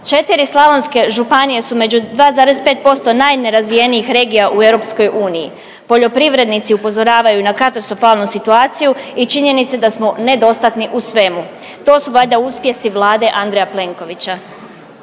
4 slavonske županije su među 2,5% najnerazvijenijih regija u EU. Poljoprivrednici upozoravaju na katastrofalnu situaciju i činjenice da smo nedostatni u svemu. To su valjda uspjesi Vlade Andreja Plenkovića.